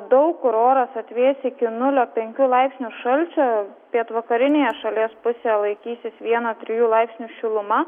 daug kur oras atvės iki nulio penkių laipsnių šalčio pietvakarinėje šalies pusėje laikysis vieno trijų laipsnių šiluma